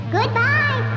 Goodbye